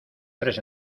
tres